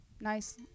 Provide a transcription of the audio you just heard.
nice